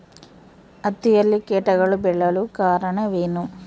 ಹತ್ತಿಯಲ್ಲಿ ಕೇಟಗಳು ಬೇಳಲು ಕಾರಣವೇನು?